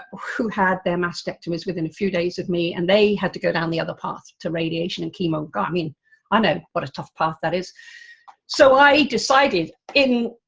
who had their mastectomies within a few days of me, and they had to go down the other path to radiation and chemo. i mean, i know what a tough path, that is so i decided in,